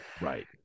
right